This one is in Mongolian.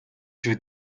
шүү